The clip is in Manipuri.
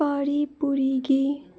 ꯄꯥꯔꯤ ꯄꯨꯔꯤꯒꯤ